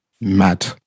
Mad